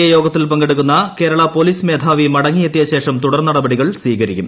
A യോഗത്തിൽ പങ്കെടുക്കുന്ന Kerala police മേധാവി മടങ്ങിയെത്തിയ ശേഷം തുടർ നടപടി സ്വീകരിക്കും